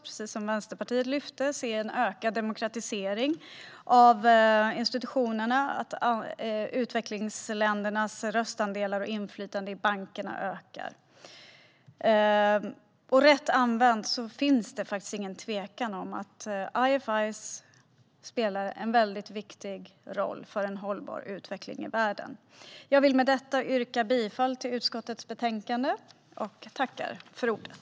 Precis som Vänsterpartiet vill också vi lyfta en ökad demokratisering av institutionerna och att utvecklingsländernas röstandelar och inflytande i bankerna ska öka. Rätt använda är det ingen tvekan om att IFI:er spelar en väldigt viktig roll för en hållbar utveckling i världen. Jag vill med detta yrka bifall till utskottets förslag i betänkandet.